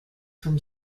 from